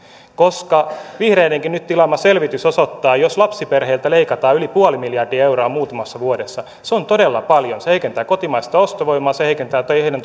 koska vihreidenkin nyt tilaama selvitys osoittaa että jos lapsiperheiltä leikataan yli puoli miljardia euroa muutamassa vuodessa niin se on todella paljon se heikentää kotimaista ostovoimaa se heikentää heidän